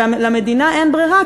ולמדינה אין ברירה,